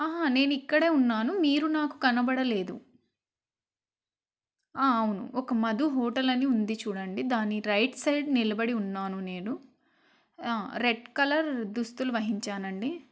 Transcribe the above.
నేను ఇక్కడే ఉన్నాను మీరు నాకు కనబడలేదు అవును ఒక మధు హోటల్ అని ఉంది చూడండి దాని రైట్ సైడ్ నిలబడి ఉన్నాను నేను రెడ్ కలర్ దుస్తులు వహించానండి